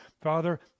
Father